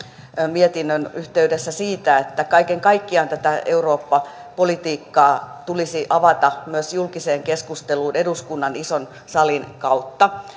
mietinnön yhteydessä siitä että kaiken kaikkiaan tätä eurooppa politiikkaa tulisi avata myös julkiseen keskusteluun eduskunnan ison salin kautta